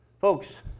Folks